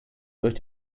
durch